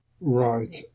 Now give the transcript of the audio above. Right